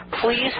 please